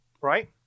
right